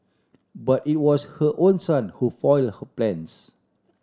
but it was her own son who foiled her plans